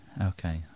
Okay